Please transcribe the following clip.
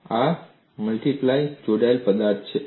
અને આ મલ્ટીપ્લાય જોડાયેલ પદાર્થ છે